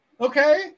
Okay